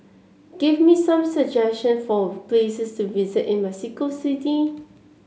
give me some suggestions for places to visit in Mexico City